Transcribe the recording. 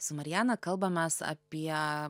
su mariana kalbamės apie